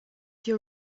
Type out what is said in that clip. your